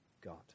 God